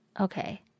Okay